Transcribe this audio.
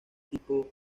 tipo